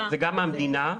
מהמדינה,